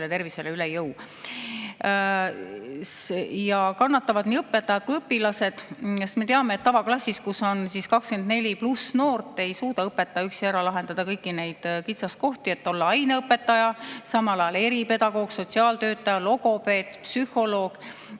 tervisele üle jõu. Ja kannatavad nii õpetajad kui ka õpilased. Me teame, et tavaklassis, kus on 24 pluss noort, ei suuda õpetaja üksi ära lahendada kõiki neid kitsaskohti. [Tuleb] olla aineõpetaja, samal ajal eripedagoog, sotsiaaltöötaja, logopeed, psühholoog.